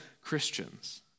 Christians